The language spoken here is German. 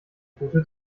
gute